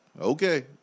Okay